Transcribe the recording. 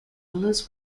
willows